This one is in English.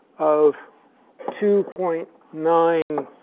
of two point nine